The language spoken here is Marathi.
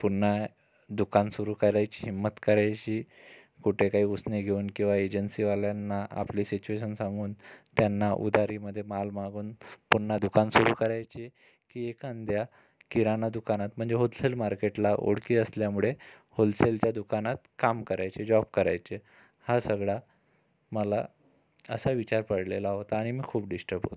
पुन्हा दुकान सुरू करायची हिंमत करायची कुठे काही उसने घेऊन किंवा एजन्सीवाल्यांना आपली सिचुएशन सांगून त्यांना उधारीमध्ये माल मागून पुन्हा दुकान सुरू करायचे की एखाद्या किराणा दुकानात म्हणजे होलसेल मार्केटला ओळखी असल्यामुळे होलसेलच्या दुकानात काम करायचे जॉब करायचे हा सगळा मला असा विचार पडलेला होता आणि मी खूप डिस्टर्ब होतो